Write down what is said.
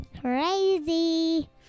Crazy